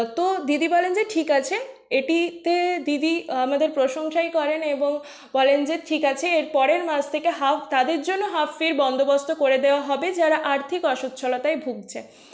তো দিদি বলেন যে ঠিক আছে এটি তে দিদি আমাদের প্রশংসাই করেন এবং বলেন যে ঠিক আছে এর পরের মাস থেকে হাফ তাদের জন্য হাফের বন্দোবস্ত করে দেওয়া হবে যারা আর্থিক অসচ্ছলতায় ভুগছে